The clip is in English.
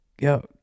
yo